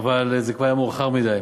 אבל זה כבר היה מאוחר מדי.